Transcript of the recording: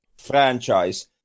franchise